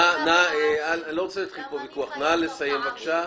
נא לסיים בבקשה.